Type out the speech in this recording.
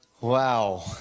Wow